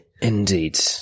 Indeed